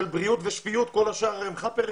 בריאות ושפיות וכל השאר הם חאפרים?